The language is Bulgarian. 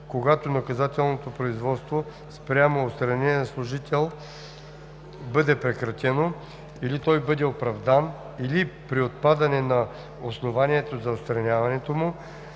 когато наказателното производство спрямо отстранения служител бъде прекратено или той бъде оправдан, или при отпадане на основанието за отстраняването му,